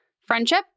friendship